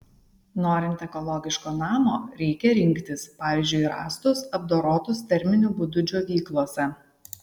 norint ekologiško namo reikia rinktis pavyzdžiui rąstus apdorotus terminiu būdu džiovyklose